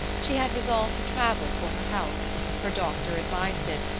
she had resolved to travel for her health her doctor advised it,